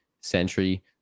century